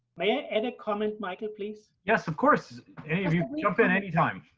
i add a comment, michael, please? yes, of course! any of you, jump in anytime!